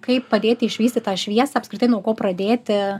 kaip padėti išvyst tą šviesą apskritai nuo ko pradėti